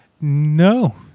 No